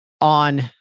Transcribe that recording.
on